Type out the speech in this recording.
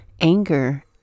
anger